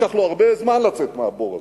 לקח לו הרבה זמן לצאת מהבור הזה.